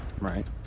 right